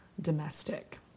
domestic